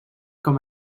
com